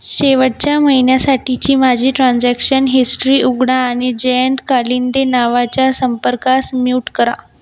शेवटच्या महिन्यासाठीची माझी ट्रान्झॅक्शन हिस्ट्री उघडा आणि जयंत कालिंदे नावाच्या संपर्कास म्यूट करा